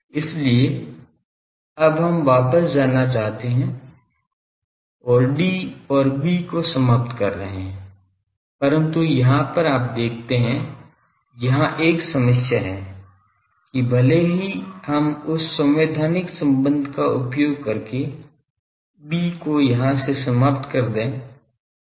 इसलिए अब हम वापस जाना चाहते हैं और D और B को समाप्त कर रहे हैं परंतु यहां पर आप देखते हैं यहां एक समस्या है कि भले ही हम उस संवैधानिक संबंध का उपयोग करके B को यहां से समाप्त कर दें